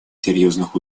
серьезных